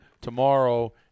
tomorrow